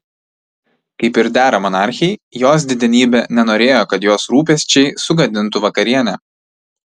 kaip ir dera monarchei jos didenybė nenorėjo kad jos rūpesčiai sugadintų vakarienę